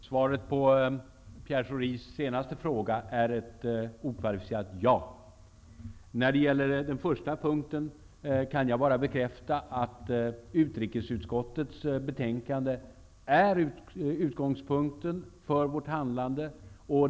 Fru talman! Svaret på Pierre Schoris senaste fråga är ett okvalificerat ja. När det gäller det som Pierre Schori tog upp först, kan jag bara bekräfta att utrikesutskottets betänkande är utgångspunkten för vårt handlande.